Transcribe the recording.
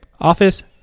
office